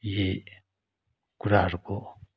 यी कुराहरूको